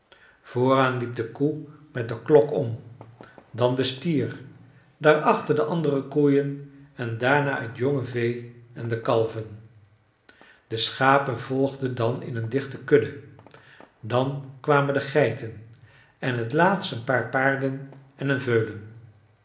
vooraan liep de koe met de klok om dan de stier daarachter de andere koeien en daarna t jonge vee en de kalven de schapen volgden dan in een dichte kudde dan kwamen de geiten en t laatst een paar paarden en een veulen